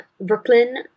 brooklyn